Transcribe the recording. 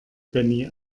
benny